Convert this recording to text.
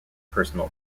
personal